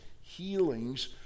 healings